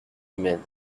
humaines